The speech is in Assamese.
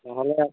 নহ'লে